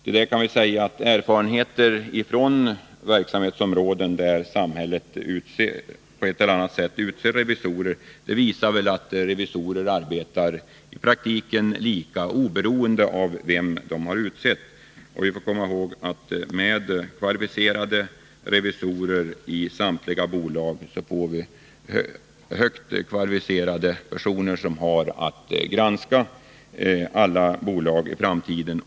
Till detta kan vi säga att erfarenheter från verksamhetsområden där samhället på ett eller annat sätt utser revisorer visar att revisorerna arbetar lika oberoende av vem som har utsett dem. Med kvalificerade revisorer i samtliga bolag får vi högt kvalificerade personer som har att granska alla bolag i framtiden.